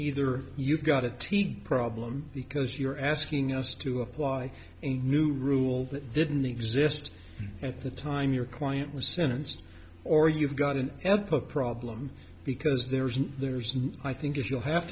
either you've got a team problem because you're asking us to apply a new rule that didn't exist at the time your client was sentenced or you've got an ethical problem because there isn't there is and i think if you have